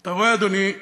אתה רואה, אדוני,